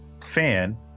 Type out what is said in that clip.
fan